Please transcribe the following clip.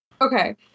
Okay